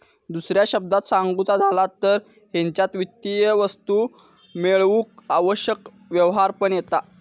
दुसऱ्या शब्दांत सांगुचा झाला तर हेच्यात वित्तीय वस्तू मेळवूक आवश्यक व्यवहार पण येता